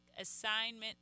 assignment